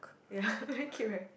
ya very cute right